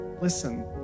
listen